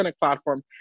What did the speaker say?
platform